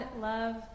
love